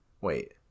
wait